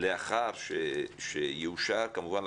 לאחר שיאושר כמובן,